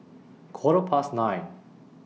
Quarter Past nine